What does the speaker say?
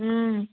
ꯎꯝ